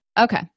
Okay